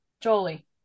Jolie